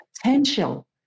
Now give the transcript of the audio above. potential